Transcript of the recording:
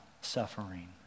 suffering